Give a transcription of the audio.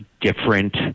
different